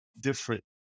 different